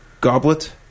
goblet